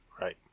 right